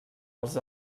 els